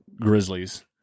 grizzlies